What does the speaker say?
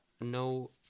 no